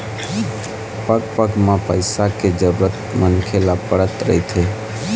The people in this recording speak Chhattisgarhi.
पग पग म पइसा के जरुरत मनखे ल पड़त रहिथे